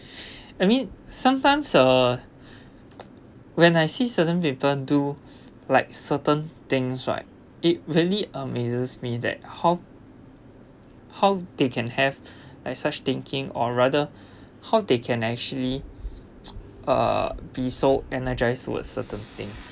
I mean sometimes uh when I see certain people do like certain things right it really amazes me that how how they can have like such thinking or rather how they can actually uh be so energised towards certain things